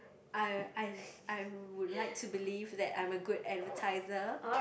I I I would like to believe that I'm a good advertiser